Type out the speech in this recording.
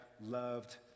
loved